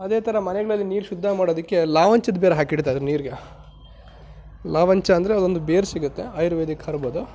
ಅದೇ ಥರ ಮನೆಗಳಲ್ಲಿ ನೀರು ಶುದ್ಧ ಮಾಡೋದಕ್ಕೆ ಲಾವಂಚದ ಬೇರು ಹಾಕಿಡ್ತಾ ಇದ್ದರು ನೀರಿಗೆ ಲಾವಂಚ ಅಂದರೆ ಅದೊಂದು ಬೇರು ಸಿಗುತ್ತೆ ಆಯುರ್ವೇದಿಕ್ ಹರ್ಬ್ ಅದು